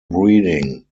breeding